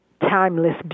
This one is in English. timeless